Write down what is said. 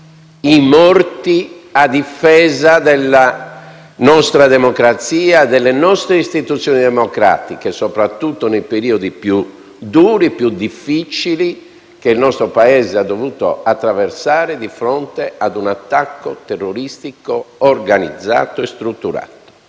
i morti a difesa della nostra democrazia e delle nostre istituzioni democratiche, soprattutto nei periodi più duri e difficili che il nostro Paese ha dovuto attraversare, di fronte a un attacco terroristico organizzato e strutturato.